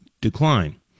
decline